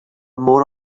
more